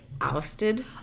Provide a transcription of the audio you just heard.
Ousted